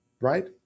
right